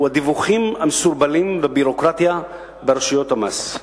הדיווחים המסורבלים והביורוקרטיה ברשויות המס.